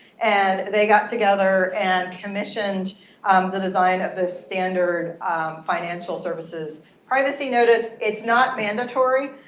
and they got together and commissioned the design of the standard financial services privacy notice. it's not mandatory.